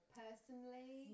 personally